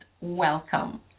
Welcome